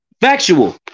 Factual